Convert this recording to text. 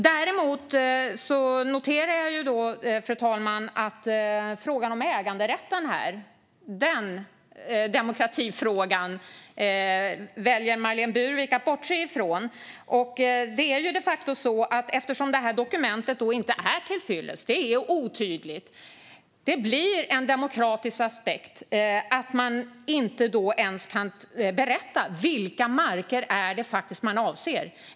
Däremot noterar jag, fru talman, att Marlene Burwick väljer att bortse från demokratifrågan om äganderätten. Det är de facto så att detta dokument inte är till fyllest. Det är otydligt. Det blir en demokratisk aspekt. Man kan inte ens berätta vilka marker man faktiskt avser.